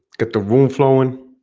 get the room flowing.